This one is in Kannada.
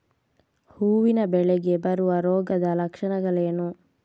ಹೂವಿನ ಬೆಳೆಗೆ ಬರುವ ರೋಗದ ಲಕ್ಷಣಗಳೇನು?